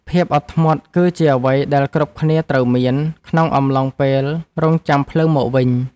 ភាពអត់ធ្មត់គឺជាអ្វីដែលគ្រប់គ្នាត្រូវមាន ក្នុងអំឡុងពេលរង់ចាំភ្លើងមកវិញ។